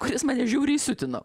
kuris mane žiauriai siutino